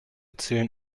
zählen